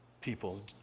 people